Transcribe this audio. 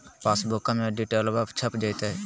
पासबुका में डिटेल्बा छप जयते?